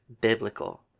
biblical